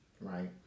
right